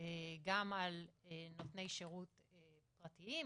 גם על נותני שירות פרטיים,